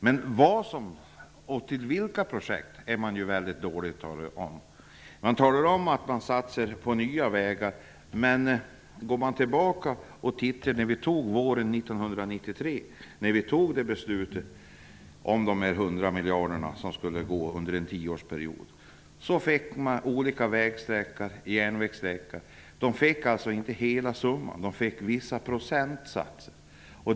Men till vilka projekt pengarna skall gå är man dålig på att tala om. Man talar om att man satsar på nya vägar. Men går man tillbaka till våren 1993 och tittar på det beslut vi fattade om de 100 miljarderna som skulle fördelas under en tioårsperiod finner vi att olika vägsträckor eller järnvägssträckor inte fick hela summan. De fick vissa procentsatser.